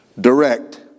Direct